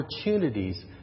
opportunities